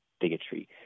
bigotry